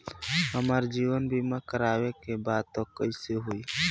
हमार जीवन बीमा करवावे के बा त कैसे होई?